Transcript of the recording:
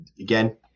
again